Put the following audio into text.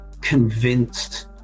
convinced